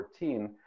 2014